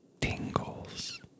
tingles